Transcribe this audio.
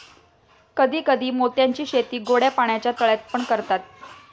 कधी कधी मोत्यांची शेती गोड्या पाण्याच्या तळ्यात पण करतात